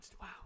wow